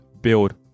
build